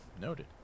Noted